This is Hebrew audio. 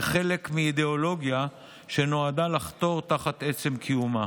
כחלק מאידיאולוגיה שנועדה לחתור תחת עצם קיומה.